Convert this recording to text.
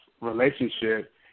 relationship